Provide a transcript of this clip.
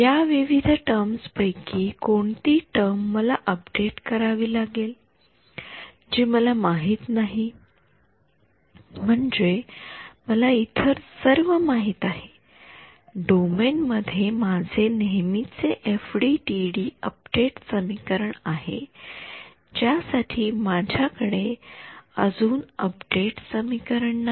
या विविध टर्म्स पैकी कोणती टर्म मला अपडेट करावी लागेल जी मला माहित नाही म्हणजे मला इतर सर्व माहित आहे डोमेन मध्ये माझे नेहमीचे एफडीटीडी अपडेट समीकरण आहे ज्या साठी माझ्या कडे अजून अपडेट समीकरण नाही